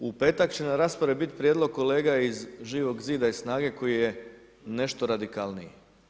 U petak će na raspravi biti prijedlog kolega iz Živog zida i SNAGA-e koji je nešto radikalniji.